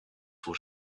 were